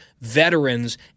veterans